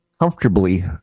comfortably